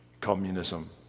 communism